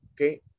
okay